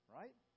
right